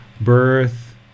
birth